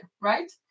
right